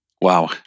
Wow